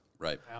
Right